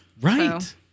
Right